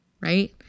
right